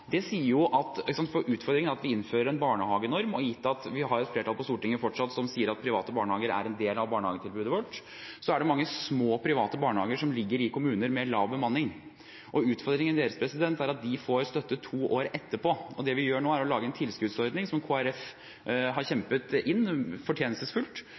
nå, sier at utfordringen med at vi innfører en barnehagenorm – gitt at vi fortsatt har et flertall på Stortinget som sier at private barnehager er en del av barnehagetilbudet vårt – er mange små, private barnehager som ligger i kommuner med lav bemanning. Utfordringen deres er at de får støtte to år etterpå. Det vi gjør nå, er å lage en tilskuddsordning, som Kristelig Folkeparti fortjenestefullt har